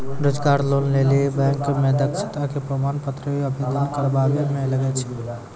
रोजगार लोन लेली बैंक मे दक्षता के प्रमाण पत्र भी आवेदन करबाबै मे लागै छै?